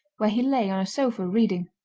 where he lay on a sofa reading.